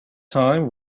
time